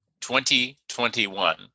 2021